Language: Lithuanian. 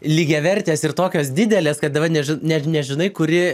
lygiavertės ir tokios didelės kad dabar neži net nežinai kuri